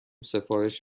سفارش